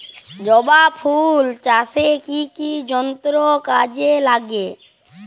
জবা ফুল চাষে কি কি যন্ত্র কাজে লাগে?